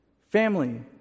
family